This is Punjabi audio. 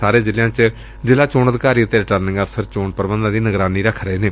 ਸਾਰੇ ਜ਼ਿਲ਼ਿਆਂ ਚ ਜ਼ਿਲ਼ਾ ਚੋਣ ਅਧਿਕਾਰੀ ਅਤੇ ਰਿਟਰਨਿੰਗ ਅਫਸਰ ਚੋਣਾਂ ਪ੍ਰਬੰਧਾਂ ਤੇ ਨਿਗਰਾਨੀ ਰੱਖ ਰਹੇ ਨੇ